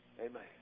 Amen